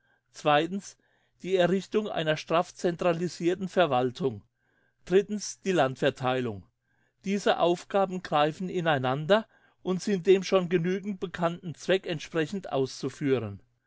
die einrichtung einer straff centralisirten verwaltung die landvertheilung diese aufgaben greifen ineinander und sind dem schon genügend bekannten zweck entsprechend auszuführen